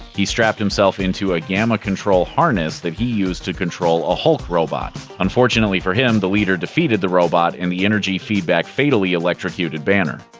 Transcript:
he strapped himself into a gamma control harness that he used to control a hulk robot. unfortunately for him, the leader defeated the robot, and the energy feedback fatally electrocuted banner.